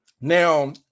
Now